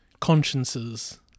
consciences